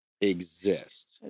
exist